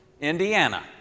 Indiana